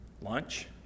Lunch